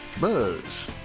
Buzz